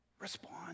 Respond